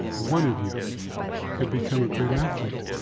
one of you could become a great athlete.